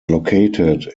located